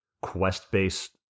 quest-based